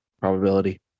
probability